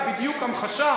זה היה טקסט,